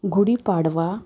Gudi Padwa